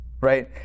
right